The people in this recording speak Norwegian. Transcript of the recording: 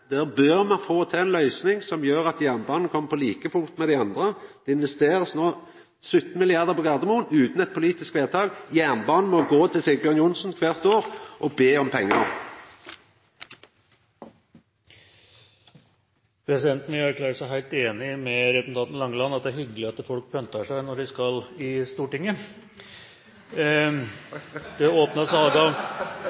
Der bør me få til ei løysing som gjer at jernbanen kjem på like fot med dei andre. Det blir no investert 17 mrd. kr på Gardermoen, utan eit politisk vedtak. Når det gjeld jernbanen, må ein gå til Sigbjørn Johnsen kvart år og be om pengar. Presidenten vil erklære seg helt enig med representanten Langeland i at det er hyggelig at folk pynter seg når de skal til Stortinget.